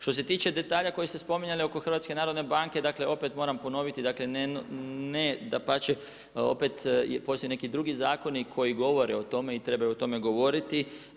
Što se tiče detalja koji ste spominjali oko HNB, dakle, opet moram ponoviti, ne dapače, opet postoje neki drugi zakoni koji govore o tome i trebaju o tome govoriti.